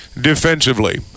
defensively